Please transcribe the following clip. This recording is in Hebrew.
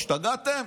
השתגעתם?